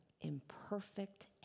imperfect